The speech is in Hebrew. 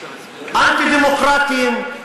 אנטי-דמוקרטיים.